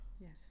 Yes